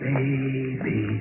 Baby